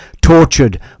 tortured